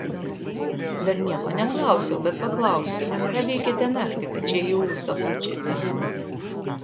dar nieko neklausiau bet paklausiu ką veikėte naktį kad čia į ūsą pučiate